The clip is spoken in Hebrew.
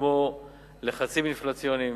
כמו לחצים אינפלציוניים